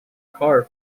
car